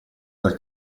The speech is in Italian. dal